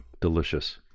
Delicious